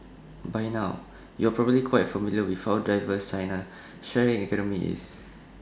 by now you're probably quite familiar with how diverse China's sharing economy is